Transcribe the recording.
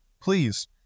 Please